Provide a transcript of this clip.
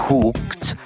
Cooked